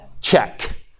Check